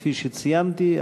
כפי שציינתי,